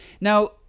now